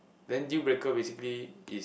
then deal breaker basically is